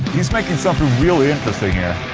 he's making something really interesting here